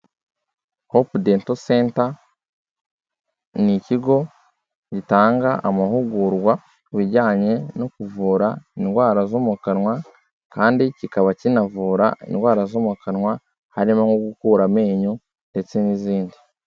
Hope Dental Center ni ikigo gitanga amahugurwa ku bijyanye no kuvura indwara zo mu kanwa kandi kikaba kinavura indwara zo mu kanwa, harimo nko gukura amenyo ndetse n'izindi.